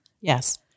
Yes